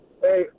Hey